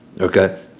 okay